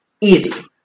Easy